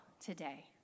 today